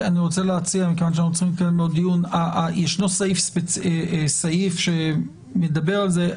כיוון שיש עוד דיון שאנו צריכים לקיים יש סעיף שמדבר על זה.